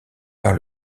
par